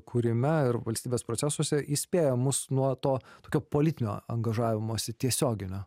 kūrime ir valstybės procesuose įspėja mus nuo to tokio politinio angažavimosi tiesioginio